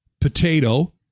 potato